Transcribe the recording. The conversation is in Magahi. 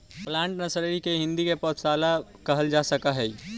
प्लांट नर्सरी के हिंदी में पौधशाला कहल जा सकऽ हइ